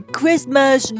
Christmas